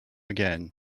again